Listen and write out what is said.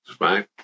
right